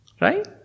Right